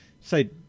say